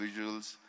visuals